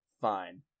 Fine